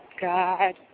God